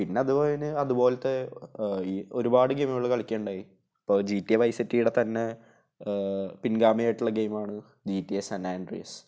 പിന്നെ അത് കഴിഞ്ഞ് അത് പോലത്തെ ഈ ഒരുപാട് ഗെയിമുകൾ കളിക്കുക ഉണ്ടായി ഇപ്പോൾ ജി ടി എ വൈസ് സിറ്റിയുടെ തന്നെ പിൻഗാമി ആയിട്ടുള്ള ഗെയിമാണ് ജി ടി എ സനാൻഡ്രിയസ്